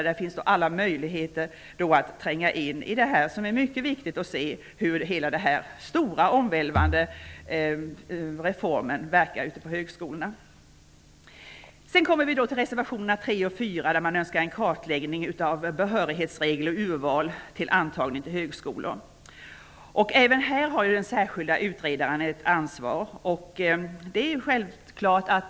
Därigenom finns alla möjligheter att tränga in i detta, som är mycket viktigt, för att se vilken verkan denna stora omvälvande reform får ute på högskolorna. I reservationerna 3 och 4 önskar man en kartläggning av behörighetsregler och urval för antagning till högskolor. Även här har den särskilda utredaren ett ansvar.